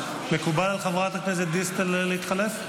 מקובל על חברת הכנסת דיסטל להתחלף?